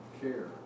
care